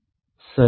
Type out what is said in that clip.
மாணவர் சரி